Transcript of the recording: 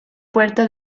puerta